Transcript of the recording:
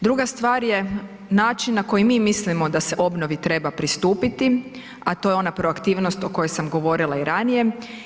Druga stvar je način na koji mi mislimo da se obnovi treba pristupiti, a to je ona proaktivnost o kojoj sam govorila i ranije.